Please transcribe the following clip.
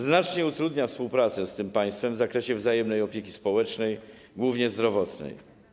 Znacznie utrudniają one współpracę z tym państwem w zakresie wzajemnej opieki społecznej i opieki zdrowotnej.